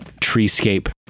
treescape